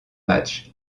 match